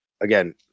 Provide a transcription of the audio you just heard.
Again